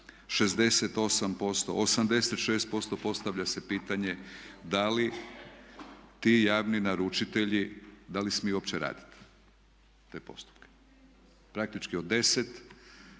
68%, 86%, postavlja se pitanje da li ti javni naručitelji, da li smiju uopće raditi te postupke. Praktički od 10,